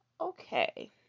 okay